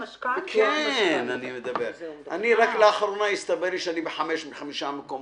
רק לאחרונה הסתבר לי שאני ב-3 מקומות.